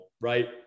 right